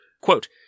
Quote